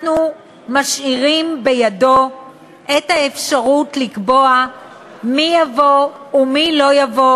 אנחנו משאירים בידו את האפשרות לקבוע מי יבוא ומי לא יבוא